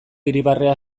irribarrea